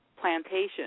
plantation